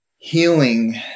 healing